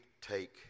take